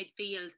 midfield